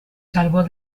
salvó